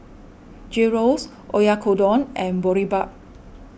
Gyros Oyakodon and Boribap